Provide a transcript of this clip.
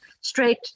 straight